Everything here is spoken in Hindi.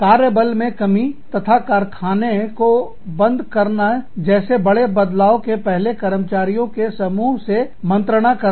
कार्यबल में कमी तथा कारखाने को बंद करना जैसे बड़े बदलाव के पहले कर्मचारियों के समूह से मंत्रणा करना